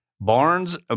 Barnes